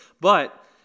But-